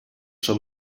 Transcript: són